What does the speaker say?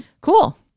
cool